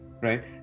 right